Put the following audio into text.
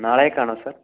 നാളേക്കാണോ sir